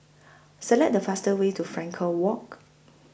Select The fastest Way to Frankel Walk